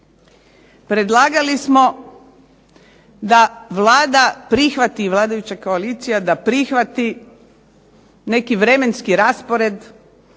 predlagali smo da Vlada prihvati, vladajuća koalicija da prihvati neki vremenski raspored